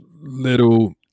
little